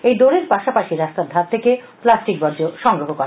এই দৌড়ের পাশাপাশি রাস্তার ধার থেকে প্লাস্টিক বর্জ্য সংগ্রহ করা হয়